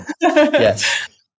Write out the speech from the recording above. yes